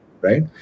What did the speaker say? right